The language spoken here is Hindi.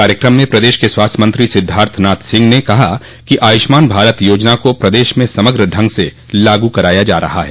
कार्यक्रम में प्रदेश के स्वास्थ्य मंत्री सिद्धार्थ नाथ सिंह ने कहा कि आयुष्मान भारत योजना को प्रदेश में समग्र ढंग से लागू कराया जा रहा है